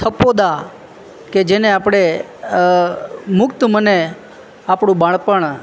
થપોદા કે જે આપણે મુક્ત મને આપણું બાળપણ